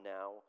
now